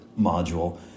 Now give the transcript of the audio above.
module